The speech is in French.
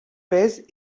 pèse